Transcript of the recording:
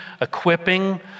equipping